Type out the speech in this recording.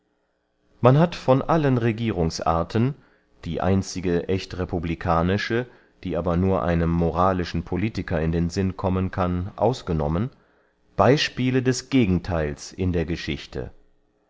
man hat von allen regierungsarten die einzige ächtrepublikanische die aber nur einem moralischen politiker in den sinn kommen kann ausgenommen beyspiele des gegentheils in der geschichte